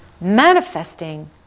manifesting